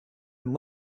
and